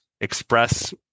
express